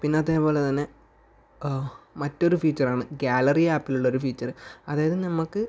പിന്നെ അതേപോലെ തന്നെ മറ്റൊരു ഫീച്ചറാണ് ഗ്യാലറി ആപ്പിലുള്ള ഒരു ഫീച്ചർ അതായത് നമുക്ക്